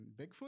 Bigfoot